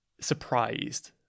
surprised